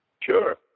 Sure